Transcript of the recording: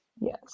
Yes